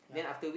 yeah